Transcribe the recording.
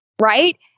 right